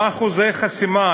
מה הם אחוזי החסימה?